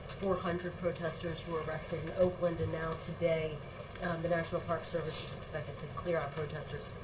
four hundred protesters were arrested in oakland, and now today the national park service is expected to clear out protesters,